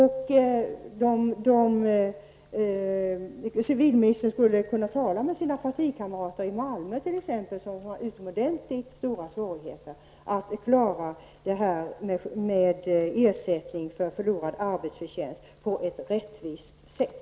Civilministern skulle t.ex. kunna tala med sina partikamrater i Malmö som har utomordentligt stora svårigheter att klara av detta med ersättning för förlorad arbetsförtjänst på ett rättvist sätt.